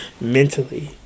mentally